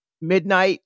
midnight